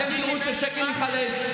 אתם תראו שהשקל ייחלש,